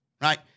Right